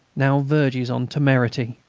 now verges on temerity.